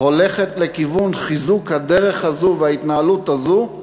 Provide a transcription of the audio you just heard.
הולכת לכיוון חיזוק הדרך הזאת וההתנהלות הזאת,